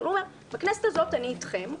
אבל הוא אומר: בכנסת הזאת אני איתכם,